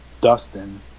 Dustin